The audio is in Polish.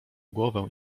głowę